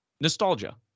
nostalgia